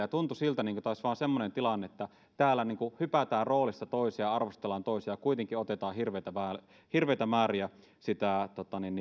ja tuntui siltä kuin tämä olisi vain semmoinen tilanne että täällä hypätään roolista toiseen ja arvostellaan toisia ja kuitenkin otetaan hirveitä määriä sitä